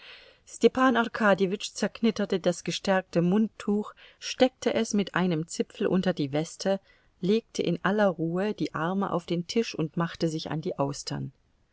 arkadjewitsch zerknitterte das gestärkte mundtuch steckte es mit einem zipfel unter die weste legte in aller ruhe die arme auf den tisch und machte sich an die austern